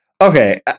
Okay